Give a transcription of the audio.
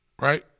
right